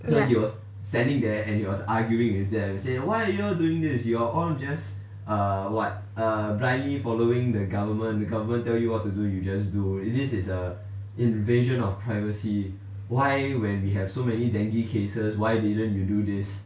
ya